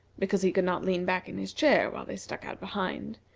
because he could not lean back in his chair while they stuck out behind,